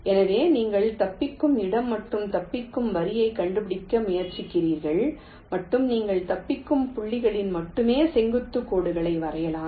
எனவே நீங்கள் தப்பிக்கும் இடம் மற்றும் தப்பிக்கும் வரியைக் கண்டுபிடிக்க முயற்சிக்கிறீர்கள் மேலும் நீங்கள் தப்பிக்கும் புள்ளிகளில் மட்டுமே செங்குத்து கோடுகளை வரையலாம்